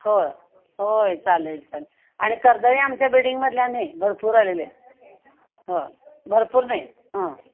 हो होय चालेल चाल आणि कर्दळी आमच्या बिडिंगमधल्या ने भरपूर आलेले हो भरपूर ने हं